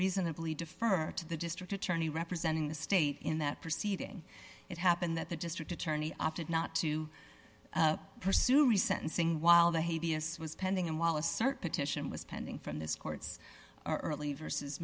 reasonably did further to the district attorney representing the state in that proceeding it happened that the district attorney opted not to pursue me sentencing while the hay vs was pending and while a cert petition was pending from this court's early versus